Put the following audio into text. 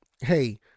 hey